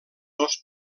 dos